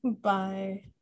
bye